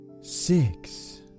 six